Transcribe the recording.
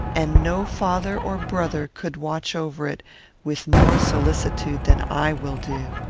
and no father or brother could watch over it with more solicitude than i will do.